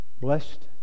Blessed